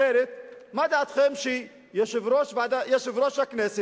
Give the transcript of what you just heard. אחרת מה דעתכם שיושב-ראש הכנסת